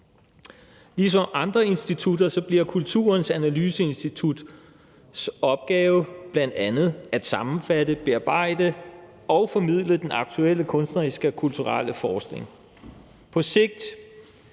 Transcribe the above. Ligesom andre institutter bliver det Kulturens Analyseinstituts opgave bl.a. at sammenfatte, bearbejde og formidle den aktuelle kunstneriske og kulturelle forskning. På sigt